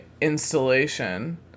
installation